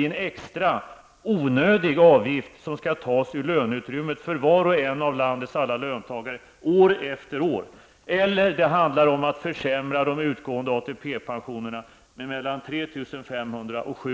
i en extra, onödig avgift, som skall tas från löneutrymmet för var och en av landets alla löntagare år efter år, eller om en försämring av de utgående ATP-pensionerna med mellan 3 500 och Det